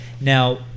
Now